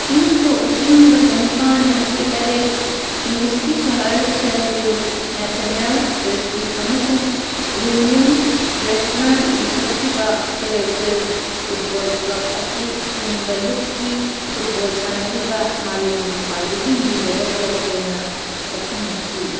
ꯏꯪ ꯁꯣꯛ ꯂꯤꯁꯤꯡ ꯑꯃꯒ ꯆꯅꯤꯄꯥꯜ ꯌꯥꯡꯈꯩꯇꯔꯦꯠ ꯏꯪꯂꯤꯁꯀꯤ ꯁꯍꯔ ꯁꯦꯞꯐꯤꯜ ꯅꯦꯊꯤꯅꯦꯜ ꯀ꯭ꯔꯦꯁꯋ ꯑꯃꯁꯨꯡ ꯋꯤꯂꯤꯌꯝ ꯄ꯭ꯔꯦꯁꯅ ꯂꯤꯡꯈꯠꯈꯤꯕ ꯁꯦꯔꯐꯤꯜ ꯐꯨꯠꯕꯣꯜ ꯀ꯭ꯂꯕ ꯑꯁꯤ ꯇꯨꯡꯗ ꯂꯨꯞꯀꯤ ꯐꯨꯠꯕꯣꯜ ꯁꯥꯟꯅꯔꯤꯕ ꯃꯥꯂꯦꯝꯒꯤ ꯈ꯭ꯋꯥꯏꯗꯒꯤ ꯂꯤꯔꯕ ꯀ꯭ꯂꯕ ꯑꯣꯏꯅ ꯁꯛꯈꯪꯅꯈꯤ